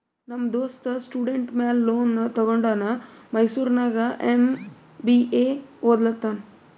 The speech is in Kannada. ನಮ್ ದೋಸ್ತ ಸ್ಟೂಡೆಂಟ್ ಮ್ಯಾಲ ಲೋನ್ ತಗೊಂಡ ಮೈಸೂರ್ನಾಗ್ ಎಂ.ಬಿ.ಎ ಒದ್ಲತಾನ್